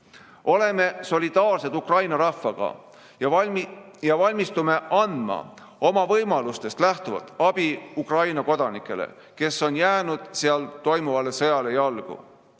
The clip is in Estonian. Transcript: Oleme solidaarsed Ukraina rahvaga ja valmistume andma oma võimalustest lähtuvalt abi Ukraina kodanikele, kes on jäänud seal toimuvale sõjale